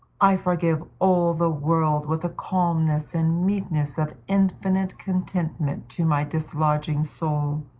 i forgive all the world, with a calmness and meekness of infinite contentment to my dislodging soul,